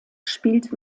spielt